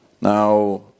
Now